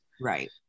Right